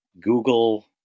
Google